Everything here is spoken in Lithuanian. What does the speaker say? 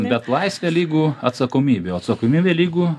bet laisvė lygu atsakomybė o atsakomybė lygu